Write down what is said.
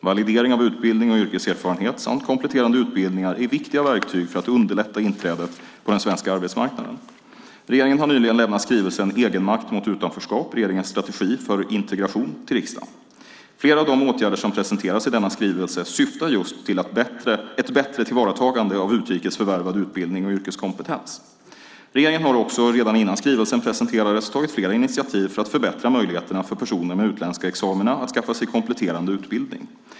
Validering av utbildning och yrkeserfarenhet samt kompletterande utbildningar är viktiga verktyg för att underlätta inträdet på den svenska arbetsmarknaden. Regeringen har nyligen lämnat skrivelsen Egenmakt mot utanförskap - regeringens strategi för integration till riksdagen. Flera av de åtgärder som presenteras i denna skrivelse syftar just till ett bättre tillvaratagande av utrikes förvärvad utbildning och yrkeskompetens. Regeringen har också, redan innan skrivelsen presenterades, tagit flera initiativ för att förbättra möjligheterna för personer med utländska examina att skaffa sig kompletterande utbildning.